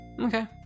Okay